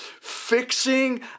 fixing